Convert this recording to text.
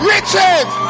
Richard